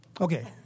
Okay